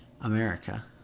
America